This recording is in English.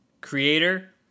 creator